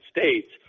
States